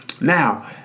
Now